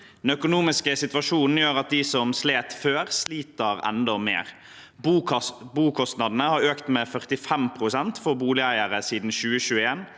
Den økonomiske situasjonen gjør at de som slet før, sliter enda mer. Bokostnadene har økt med 45 pst. for boligeiere siden 2021.